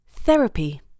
Therapy